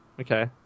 Okay